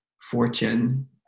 fortune